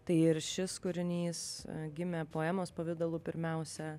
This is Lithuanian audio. tai ir šis kūrinys gimė poemos pavidalu pirmiausia